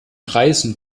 reisen